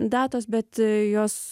datos bet jos